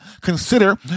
consider